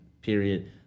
period